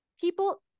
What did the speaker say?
people